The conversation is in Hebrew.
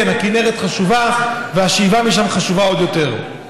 כן, הכינרת חשובה, והשאיבה משם חשובה עוד יותר.